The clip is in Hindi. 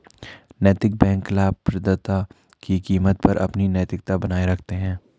नैतिक बैंक लाभप्रदता की कीमत पर अपनी नैतिकता बनाए रखते हैं